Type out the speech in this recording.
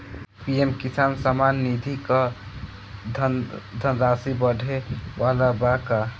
PM Kisan Samman Nidhi क धनराशि बढ़े वाला बा का?